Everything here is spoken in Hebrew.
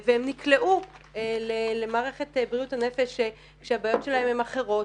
והם נקלעו למערכת בריאות הנפש כשהבעיות שלהם הן אחרות,